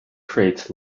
creates